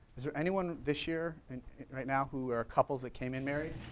is there anyone this year and right now who are couples that came in married?